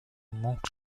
monte